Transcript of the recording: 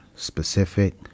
Specific